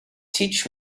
teach